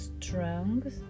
strong